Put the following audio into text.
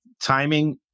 timing